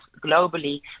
globally